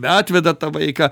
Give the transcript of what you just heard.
atveda tą vaiką